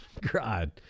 God